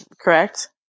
correct